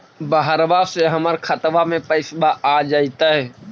बहरबा से हमर खातबा में पैसाबा आ जैतय?